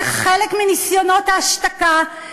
זה חלק מניסיונות ההשתקה,